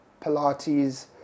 Pilates